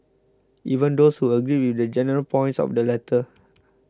even those who agreed with the general points of the letter